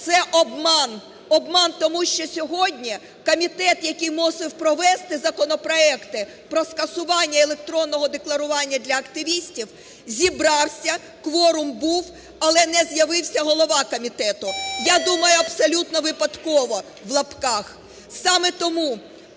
це обман. Обман, тому що сьогодні комітет, який мусив провести законопроекти про скасування електронного декларування для активістів, зібрався, кворум був, але не з'явився голова комітету. Я думаю, абсолютно "випадково" (в лапках). Саме тому